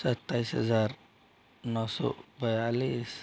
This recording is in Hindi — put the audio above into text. सताइस हजार नौ सौ बयालिस